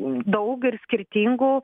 daug ir skirtingų